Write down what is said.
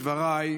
איתן.